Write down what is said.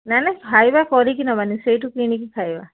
ନାଁ ନାଁ ଖାଇବା କରିକି ନେବା ନାହିଁ ସେଇଠୁ କିଣିକି ଖାଇବା